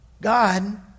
God